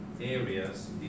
areas